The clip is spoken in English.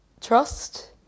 Trust